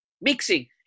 Mixing